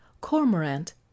cormorant